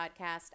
podcast